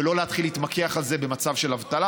ולא להתחיל להתמקח על זה במצב של אבטלה.